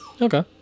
Okay